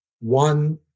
one